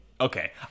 okay